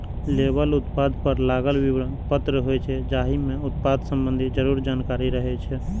label उत्पाद पर लागल विवरण पत्र होइ छै, जाहि मे उत्पाद संबंधी जरूरी जानकारी रहै छै